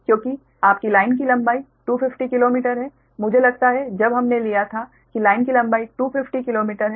क्योंकि आपकी लाइन की लंबाई 250 किलोमीटर है मुझे लगता है जब हमने लिया था कि लाइन की लंबाई 250 किलोमीटर है